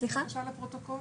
כי בכל סוג של כלוב,